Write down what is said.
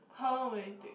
how long will it take